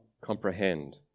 comprehend